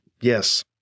Yes